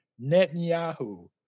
Netanyahu